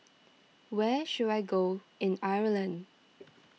where should I go in Ireland